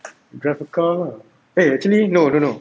drive a car lah eh actually no no no